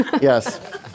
Yes